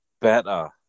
better